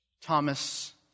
Thomas